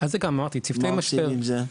מה עושים עם זה?